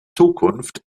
zukunft